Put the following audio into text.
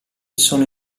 sono